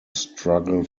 struggle